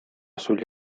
sugli